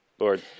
Lord